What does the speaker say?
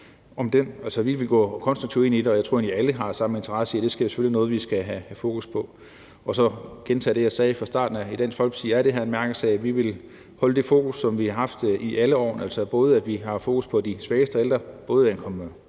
Vi vil gå konstruktivt ind i det, og jeg tror egentlig, at alle har samme interesse i det, og det er selvfølgelig noget, vi skal have fokus på. Og så vil jeg gentage det, jeg sagde fra starten af: I Dansk Folkeparti er det her en mærkesag. Vi vil holde det fokus, som vi har haft i alle årene, altså have fokus på de svageste ældre både angående